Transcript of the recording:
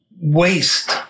waste